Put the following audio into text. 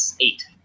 eight